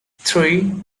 three